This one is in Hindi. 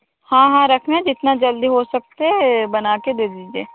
हाँ हाँ रखना जितना जल्दी हो सकते है बना के दे दीजिए